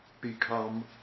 become